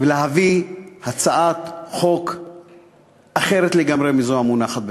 ולהביא הצעת חוק אחרת לגמרי מזאת המונחת לפנינו.